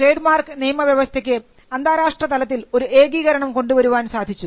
trade mark നിയമവ്യവസ്ഥയ്ക്ക് അന്താരാഷ്ട്ര തലത്തിൽ ഒരു ഏകീകരണം കൊണ്ടുവരാൻ സാധിച്ചു